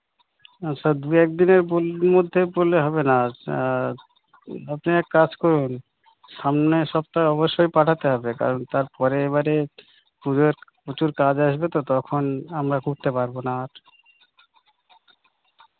আচ্ছা দু একদিনের মধ্যে বললে হবে না আপনি এক কাজ করুন সামনের সপ্তাহে অবশ্যই পাঠাতে হবে কারণ তারপরে এবারে পুজোর প্রচুর কাজ আসবে তো তখন আমরা করতে পারবো না আর